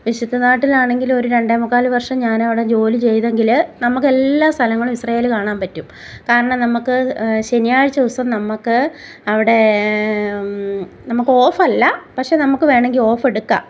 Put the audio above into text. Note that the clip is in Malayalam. വിശുദ്ധ നാട്ടിലാണെങ്കിലും ഒരു രണ്ടേമുക്കാൽ വർഷം ഞാനവിടെ ജോലി ചെയ്തെങ്കിൽ നമുക്ക് എല്ലാ സ്ഥലങ്ങളും ഇസ്രയേല് കാണാൻ പറ്റും കാരണം നമുക്ക് ശനിയാഴ്ച ദിവസം നമുക്ക് അവിടെ നമുക്ക് ഓഫ് അല്ല പക്ഷെ നമുക്ക് വേണമെങ്കിൽ ഓഫ് എടുക്കാം